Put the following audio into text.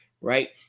right